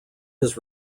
his